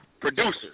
producers